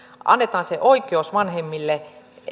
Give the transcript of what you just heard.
annetaan se oikeus vanhemmille